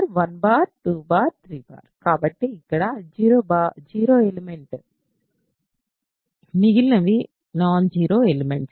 కాబట్టి ఇక్కడ 0 zero element మిగిలినవి నాన్ జీరో ఎలిమెంట్స్